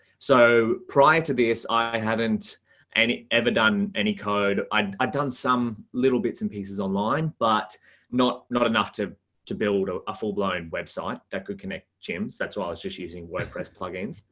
so prior to this, i hadn't any ever done any code, i'd i'd done some little bits and pieces online, but not not enough to to build a ah full blown website that could connect chimps. that's why i was just using wordpress plugin.